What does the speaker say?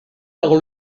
dans